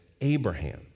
Abraham